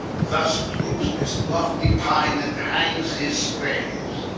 thus droupes this loftie pyne, and hangs his sprayes,